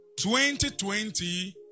2020